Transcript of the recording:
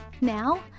now